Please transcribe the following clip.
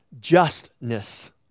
justness